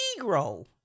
negro